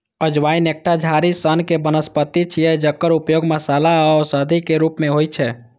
अजवाइन एकटा झाड़ी सनक वनस्पति छियै, जकर उपयोग मसाला आ औषधिक रूप मे होइ छै